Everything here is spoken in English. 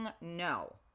no